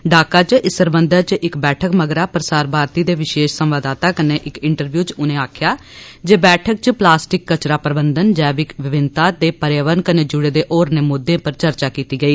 ढाका च इस सरबंधै च इक बैठक मगरा प्रसार भारती दे विशेष संवाददाता कन्नै इंटरव्यु च उनें आखेआ जे बैठक च प्लास्टिक कचरा प्रबंधन जैविक विभिन्नता ते प्र्यावरण कन्नै जुड़े दे होरनें मुद्दें पर चर्चा कीती गेई